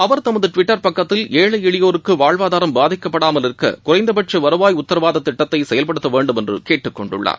அவர் தமது டுவிட்டர் பக்கத்தில் ஏழை எளியோருக்கு வாழ்வாதாரம் பாதிக்கப்படாமல் இருக்க குறைந்தபட்ச வருவாய் உத்தரவாத திட்டத்தை செயல்படுத்த வேண்டும் என்று கேட்டுக்கொண்டுள்ளார்